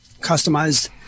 customized